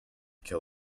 kill